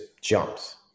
jumps